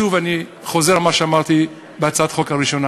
שוב אני חוזר על מה שאמרתי בהצעת החוק הראשונה: